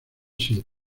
sin